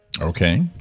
Okay